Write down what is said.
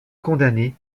condamnée